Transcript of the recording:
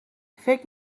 فکر